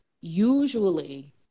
usually